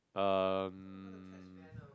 um